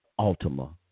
Altima